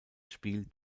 spiel